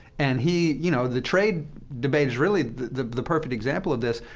and he you know, the trade debate is really the the perfect example of this.